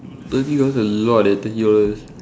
thirty dollars a lot eh thirty dollars